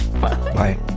bye